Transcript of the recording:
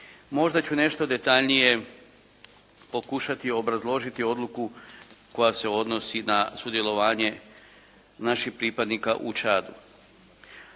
Možda ću nešto detaljnije pokušati obrazložiti odluku koja se odnosi na sudjelovanje naših pripadnika u Čadu.